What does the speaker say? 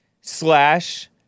slash